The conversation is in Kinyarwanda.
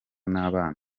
n’abana